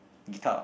guitar